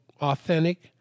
authentic